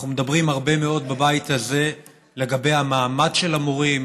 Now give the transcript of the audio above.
אנחנו מדברים הרבה מאוד בבית הזה על המעמד של המורים,